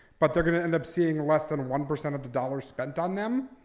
but they're gonna end up seeing less than one percent of the dollars spent on them.